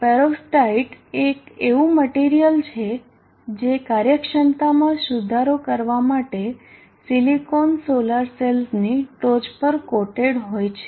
perovskite એ એવું material છે જે કાર્યક્ષમતામાં સુધારો કરવા માટે સિલિકોન સોલાર સેલ્સની ટોચ પર કોટેડ હોય છે